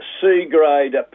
C-grade